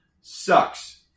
sucks